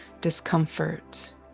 discomfort